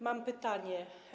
Mam pytania.